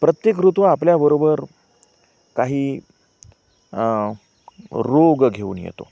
प्रत्येक ऋतू आपल्याबरोबर काही रोग घेऊन येतो